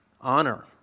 honor